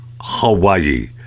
Hawaii